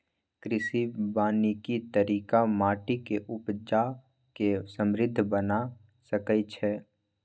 कृषि वानिकी तरिका माटि के उपजा के समृद्ध बना सकइछइ